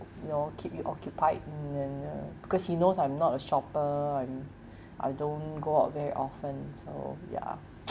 you know keep you occupied and then uh because he knows I'm not a shopper I'm I don't go out very often so ya